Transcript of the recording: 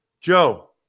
Joe